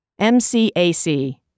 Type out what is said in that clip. MCAC